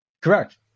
Correct